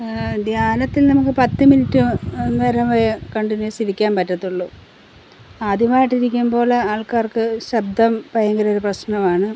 ധ്യാനത്തിൽ നമുക്കു പത്തു മിനിറ്റ് നേരമേ കണ്ടിന്യൂസിരിക്കാൻ പറ്റത്തുള്ളൂ ആദ്യമായിട്ടിരിക്കുമ്പോള് ആൾക്കാർക്കു ശബ്ദം ഭയങ്കരമൊരു പ്രശ്നമാണ്